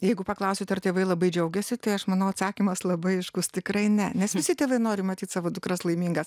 jeigu paklausite ar tėvai labai džiaugėsi tai aš manau atsakymas labai aiškus tikrai ne nes visi tėvai nori matyt savo dukras laimingas